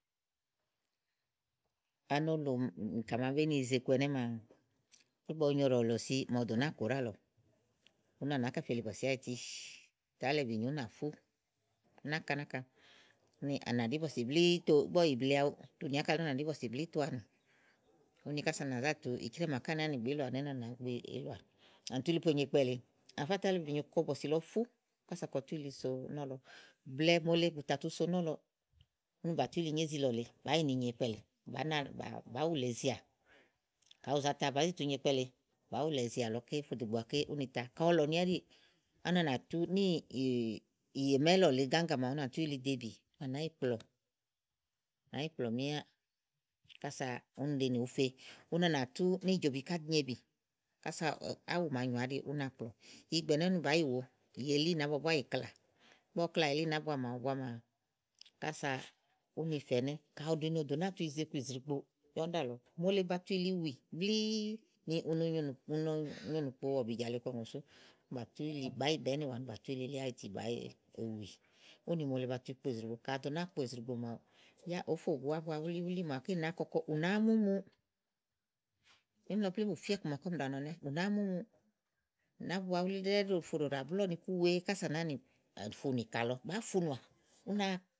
ani òlò nìkà màa bèé ni yize iku ɛnɛ́ maa, ígbɔ ɔwɔ nyo ùɖà òlò si màa ɔwɔ ɖò nàáa kò ɖálɔ̀ɔ, úni à nàá kɛfè li bɔ̀sì áyiti tálɔ̀ ìbì nyo ú nà fú náka náka úni à nà ɖí bɔ̀sì blíì to ígbɔ ɔwɔ yì ble awu úni ànà ɖí bɔ̀sì blíì toà ènù úni kása à nà fá tùu ìcrɛ́ɛ màaké à nàáa nì gbì ílɔà úni á nàá gbi ílɔà úni à nà tú yili ponyo ikpɛ lèe à nà fá tàálɔ ìbìlɔ nyo kɔ bɔ̀sì lɔ fú kása kɔ tú yili so nɔ̀lɔ blɛ̀ɛ mòole bù tà tu so nɔ̀lɔ̀ɔ úni bà tú yili nyo ízi lɔ lèe. bà yì ni nyo íkpɛ lèe, bàá wulà ezeà ka ù za ta bàá zi tùu nyo ikpɛ lèe, bàá wulà ezeà lɔ ké dò ìgbè màaké úni ta ka ɔ̀lɔ̀nì ɛɖíì, úni à nà tú níìyèbmàa ílɔ̀ lèe gáŋga màawu úni à nà tú yili ìbì úni à nàá yi kplɔɔ̀à nàá yi kplɔ̀ɔ míá kása úni ɖi ni ùú fe úni à nà tú níìjobi ká nyo ìbì kása áwù màa nyoà áɖi búá ú nàáa kplɔ̀ɔ. ɛnɛ̀ úni bàá yi wòo, elí nàábua búá yì klaà ígbɔ ɔwɔ klaà elí nàábua màawu búá maa kása úni fè ɛnɛ̀. kayi ù ɖi ni ò ɖò nàáa tu yize iku ìzigbo yá úni ɖálɔ̀ɔ mòole ba tu yili wì blìì ni u no nyo ìnùkpo ɔ̀bìjà lèe kɔ ùŋò sú bà tú yi, bàá yi bàá ínìwà bà tú yilili àyiti bàá yi èwì úni mòole ba tu ìzrigbo úni ka àá ɖo nàa kpo ìzrigbo màawu yá òó fò gu ábu wúlíwúlí màaké nàáa kɔkɔ ù nàáá múmu. émi lɔ plémú bù fía iku màaké ɔmi ɖàa nɔ ɛnɛ́, ù nàáá múmu nàá bua wúlí wúlí fò ɖòɖò àblɔ̀ɔ nì iku wèe ása à nàáa nì funù ìkà lɔ bàáa funùà ú náa.